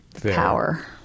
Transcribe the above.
Power